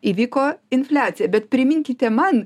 įvyko infliacija bet priminkite man